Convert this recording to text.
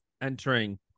entering